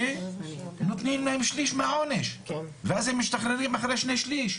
שנותנים להם שליש מהעונש ואז הם משתחררים אחרי שני שליש.